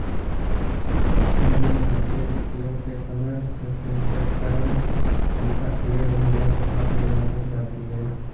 छेनी हल के उपयोग से समय प्रसंस्करण क्षमता एक दशमलव आठ गुना बढ़ जाती है